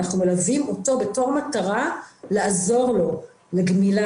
אנחנו מלווים אותו בתור מטרה לעזור לו לגמילה